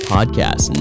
Podcast